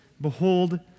behold